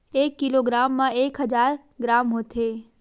एक किलोग्राम मा एक हजार ग्राम होथे